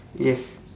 yes